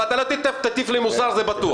ואתה לא תטיף מוסר, זה בטוח.